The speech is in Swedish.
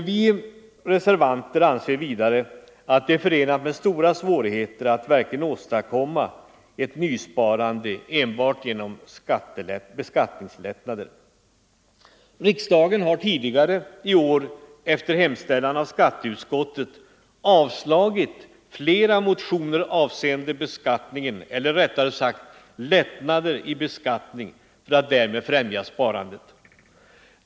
Vi reservanter anser vidare att det är förenat med stora svårigheter att åstadkomma ett nysparande enbart genom beskattningslättnader. Riksdagen har tidigare i år, efter hemställan av skatteutskottet, avslagit flera motioner avseende lättnader i beskattningen för att därmed främja sparandet.